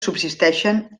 subsisteixen